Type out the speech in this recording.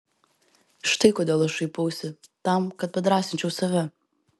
štai kodėl aš šaipausi tam kad padrąsinčiau save